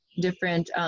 different